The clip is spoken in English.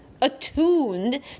attuned